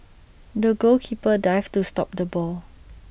the goalkeeper dived to stop the ball